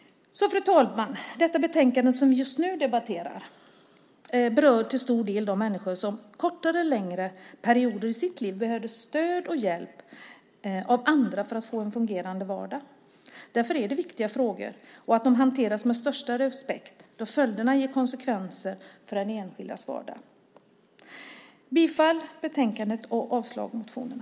Fru talman! Betänkandet som vi just nu debatterar berör till stor del de människor som under kortare eller längre perioder i sitt liv behöver stöd och hjälp av andra för att få en fungerande vardag. Därför är detta viktiga frågor som ska hanteras med största respekt, då följderna ger konsekvenser för den enskildes vardag. Jag yrkar bifall till utskottets förslag i betänkandet och avslag på motionerna.